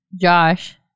Josh